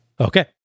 Okay